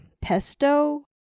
pesto